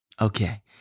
Okay